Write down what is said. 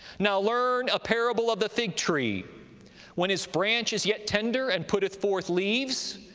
now learn a parable of the fig tree when his branch is yet tender, and putteth forth leaves,